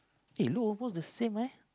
they look almost the same leh